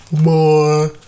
More